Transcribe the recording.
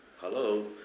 hello